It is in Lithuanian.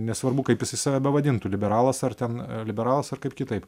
nesvarbu kaip jisai save bevadintų liberalas ar ten liberalas ar kaip kitaip